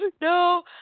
no